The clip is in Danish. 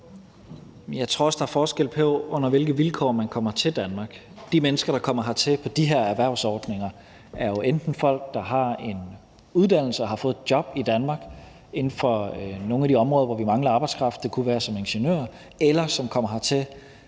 Jeg tror også, der er forskel på, under hvilke vilkår man kommer til Danmark. De mennesker, der kommer hertil på de her erhvervsordninger, er jo enten folk, der har en uddannelse og har fået et job i Danmark inden for nogle af de områder, hvor vi mangler arbejdskraft – det kunne være som ingeniører – eller folk, der kommer hertil,